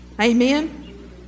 Amen